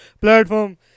platform